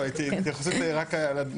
התייחסות רק על הנקודה הזאת.